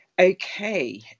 okay